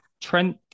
Trent